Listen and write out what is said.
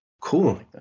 Cool